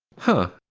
huh.